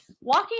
walking